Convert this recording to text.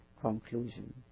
conclusion